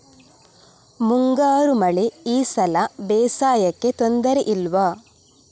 ಮುಂಗಾರು ಮಳೆ ಈ ಸಲ ಬೇಸಾಯಕ್ಕೆ ತೊಂದರೆ ಇಲ್ವ?